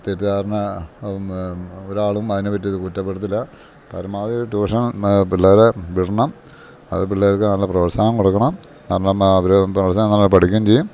തെറ്റിധാരണ ഒരാളും അതിനെ പറ്റി കുറ്റപ്പെടുത്തില്ല പരമാവധി ട്യൂഷൻ പിള്ളേരെ വിടണം അത് പിള്ളേർക്ക് നല്ല പ്രോത്സാഹം കൊടുക്കണം കാരണം അവർ പ്രോത്സാഹനം നല്ല പഠിക്കേം ചെയ്യും